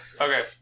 Okay